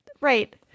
right